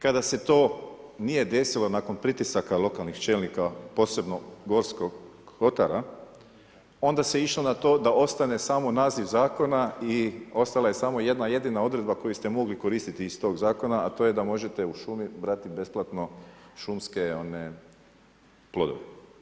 Kada se to nije desilo nakon pritisaka lokalnih čelnika, posebno Gorskog kotara, onda se išlo na to da ostane samo naziv zakona i ostala je samo jedna jedina odredba koju ste mogli koristiti iz tog zakona, a to je da možete u šumi brati besplatno šumske plodove.